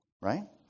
Right